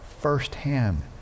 firsthand